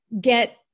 get